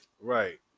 right